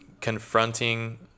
confronting